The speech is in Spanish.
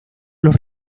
los